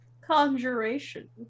Conjuration